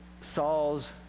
Saul's